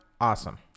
awesome